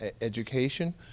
education